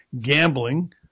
gambling